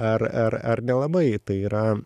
ar ar ar nelabai tai yra